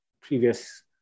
previous